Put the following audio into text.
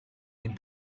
ein